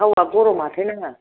थावा गरम आथाइनाङा